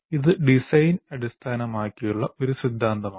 ഇത് ഡിസൈൻ അടിസ്ഥാനമാക്കിയുള്ള ഒരു സിദ്ധാന്തമാണ്